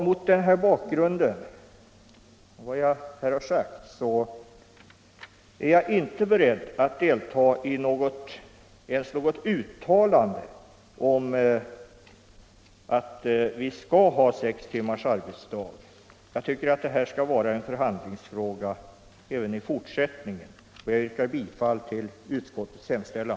Mot bakgrund av vad jag här sagt är jag inte beredd att delta i ens något uttalande om att vi skall ha sex timmars arbetsdag. Jag tycker att det skall vara en förhandlingsfråga även i fortsättningen. Jag yrkar bifall till utskottets hemställan.